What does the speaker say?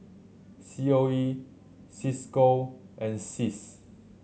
C O E Cisco and CIS